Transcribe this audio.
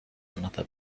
another